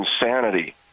insanity